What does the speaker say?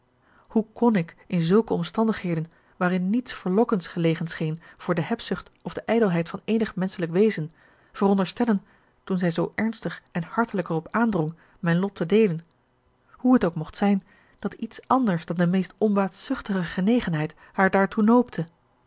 hoe kon ik in zulke omstandigheden waarin niets verlokkends gelegen scheen voor de hebzucht of de ijdelheid van eenig menschelijk wezen veronderstellen toen zij zoo ernstig en hartelijk er op aandrong mijn lot te deelen hoe het ook mocht zijn dat iets anders dan de meest onbaatzuchtige genegenheid haar daartoe noopte